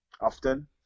often